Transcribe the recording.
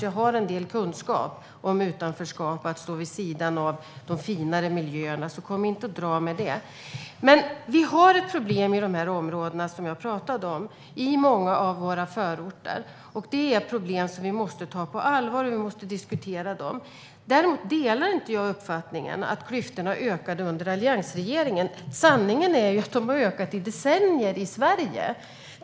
Jag har en del kunskap om utanförskap och att stå vid sidan av de finare miljöerna, så kom inte dragande med det! Vi har som jag talade om ett problem i de här områdena, i många av våra förorter. Det är ett problem som vi måste ta på allvar och diskutera. Däremot delar jag inte uppfattningen att klyftorna ökade under alliansregeringen. Sanningen är att de har ökat i decennier i Sverige.